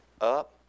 Up